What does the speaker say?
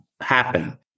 happen